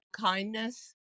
kindness